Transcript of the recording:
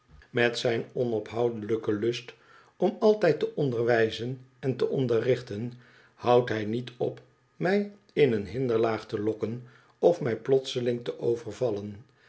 met zijn onophoudelijken lust om altijd te onderwijzen en te onderrichten houdt hij niet op mij in een hinderlaag te lokken of mij plotseling te overvallen